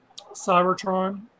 Cybertron